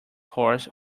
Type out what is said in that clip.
horse